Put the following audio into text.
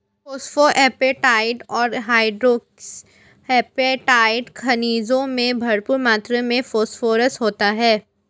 phosphoapatite और hydroxy apatite खनिजों में भरपूर मात्र में फोस्फोरस होता है